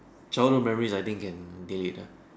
childhood memories I think can delete ah